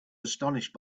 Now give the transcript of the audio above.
astonished